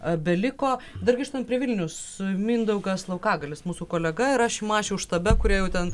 a beliko dar grįžtant prie vilnius mindaugas laukagalis mūsų kolega yra šimašiaus štabe kur jie jau ten